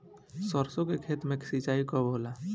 सरसों के खेत मे सिंचाई कब होला?